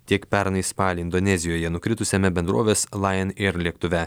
tiek pernai spalį indonezijoje nukritusiame bendrovės lain eir lėktuve